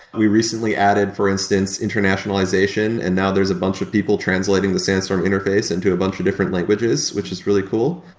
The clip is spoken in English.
we recently added, for instance, internationalization and now there's a bunch of people translating the sandstorm interface into a bunch of different languages, which is really cool.